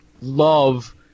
love